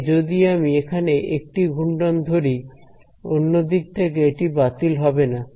তাই যদি আমি এখানে একটি ঘূর্ণন ধরি অন্য দিক থেকে এটি বাতিল হবে না